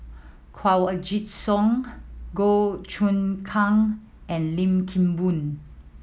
Kanwaljit Soin Goh Choon Kang and Lim Kim Boon